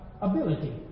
ability